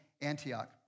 Antioch